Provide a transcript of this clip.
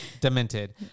demented